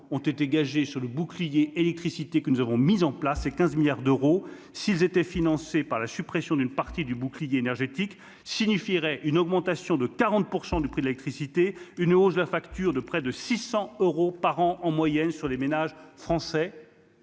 ont été gagés sur le bouclier électricité que nous avons mis en place et 15 milliards d'euros s'ils étaient financées par la suppression d'une partie du bouclier énergétique signifierait une augmentation de 40 % du prix de l'électricité, une hausse de la facture de près de 600 euros par an en moyenne sur les ménages français.